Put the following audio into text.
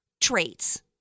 traits